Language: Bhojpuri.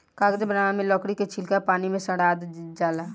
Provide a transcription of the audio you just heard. कागज बनावे मे लकड़ी के छीलका पानी मे सड़ावल जाला